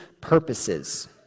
purposes